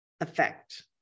effect